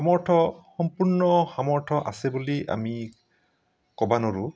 সামৰ্থ সম্পূৰ্ণ সামৰ্থ আছে বুলি আমি ক'ব নোৱাৰোঁ